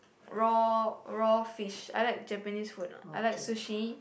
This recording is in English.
raw raw fish I like Japanese food a lot I like sushi